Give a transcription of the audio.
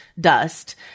dust